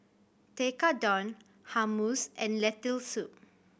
Tekkadon Hummus and Lentil Soup